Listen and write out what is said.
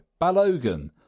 Balogan